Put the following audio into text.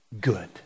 good